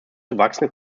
gewachsene